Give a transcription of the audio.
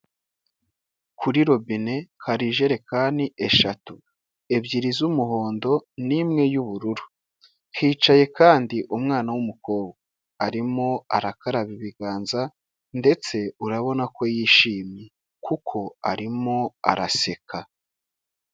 Kuri robine hari ijerekani eshatu, ebyiri z'umuhondo n'imwe y'ubururu, hicaye kandi umwana w'umukobwa arimo arakaraba ibiganza ndetse urabona ko yishimye kuko arimo araseka.